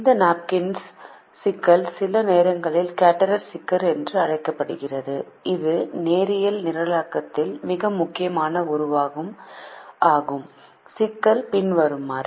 இந்த நாப்கின்ஸ் சிக்கல் சில நேரங்களில் கேடரர் சிக்கல் என்றும் அழைக்கப்படுகிறது இது நேரியல் நிரலாக்கத்தில் மிக முக்கியமான உருவாக்கம் ஆகும் சிக்கல் பின்வருமாறு